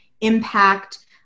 impact